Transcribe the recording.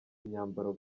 imyambaro